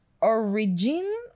origin